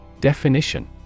Definition